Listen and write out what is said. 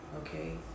okay